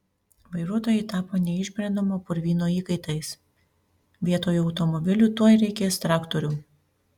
vairuotojai tapo neišbrendamo purvyno įkaitais vietoj automobilių tuoj reikės traktorių